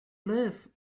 live